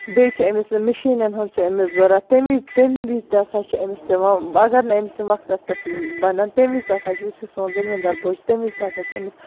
بیٚیہِ چھِ أمِس مِشینن ہِنٛز چھِ أمس ضرورت تَمہِ وز تَمہِ وز تہِ ہَسا چھِ أمِس پیٚوان اَگر نہ أمِس ییٚمہِ وقتس پٮ۪ٹھ بَنن تَمہ وز تہِ ہَسا چھُ یُس یہِ سون زٔمین دار بوے چھُ تَمہِ وز تہِ ہَسا چھِ أمِس